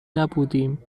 نبودیم